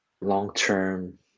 long-term